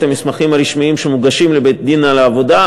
המסמכים הרשמיים שמוגשים לבית-הדין לעבודה.